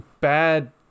bad